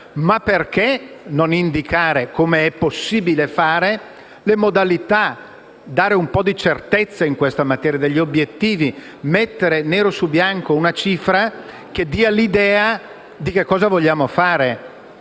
Ma perché non indicare, come è possibile fare, le modalità, dare un po' di certezza e degli obiettivi in questa materia e mettere nero su bianco una cifra che dia l'idea di cosa vogliamo fare?